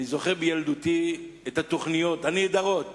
אני זוכר מילדותי את התוכניות הנהדרות